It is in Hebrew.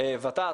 ות"ת,